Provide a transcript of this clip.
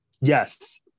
yes